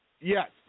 Yes